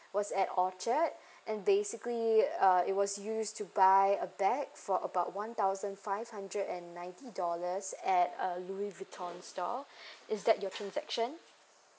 was at orchard and basically uh it was used to buy a bag for about one thousand five hundred and ninety dollars at uh louis vuitton store is that your transaction